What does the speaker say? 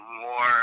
more